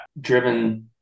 driven